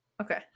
Okay